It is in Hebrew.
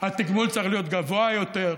התגמול צריך להיות גבוה יותר,